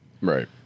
right